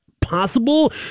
Possible